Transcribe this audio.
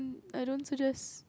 I don't suggest